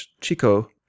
Chico